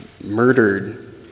murdered